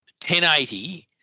1080